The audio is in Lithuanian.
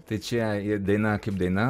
tai čia i daina kaip daina